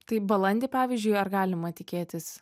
taip balandį pavyzdžiui ar galima tikėtis